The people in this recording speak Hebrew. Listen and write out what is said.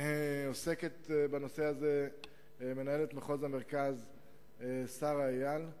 עוסקת בנושא הזה מנהלת מחוז המרכז שרה איל.